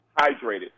hydrated